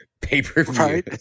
pay-per-view